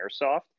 airsoft